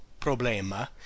problema